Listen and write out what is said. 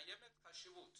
קיימת חשיבות